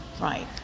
Right